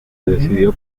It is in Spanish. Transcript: decidió